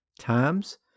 times